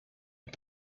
est